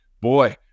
Boy